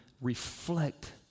reflect